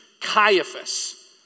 Caiaphas